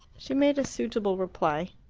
she made a suitable reply.